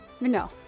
No